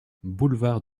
boulevard